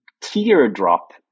teardrop